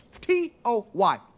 T-O-Y